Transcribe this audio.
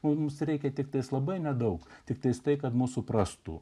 mums reikia tiktai labai nedaug tiktai tai kad mus suprastų